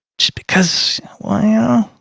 just because well yeah